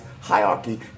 hierarchy